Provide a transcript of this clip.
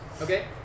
Okay